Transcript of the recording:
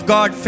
God